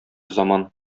заман